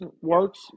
works